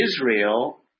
Israel